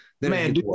Man